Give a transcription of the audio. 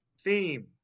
Theme